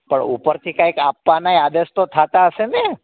પણ ઉપર થી કાઇ આપવાના આદેશ તો થતાં હશે ને